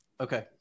okay